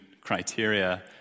criteria